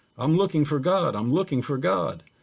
i'm looking for god, i'm looking for god!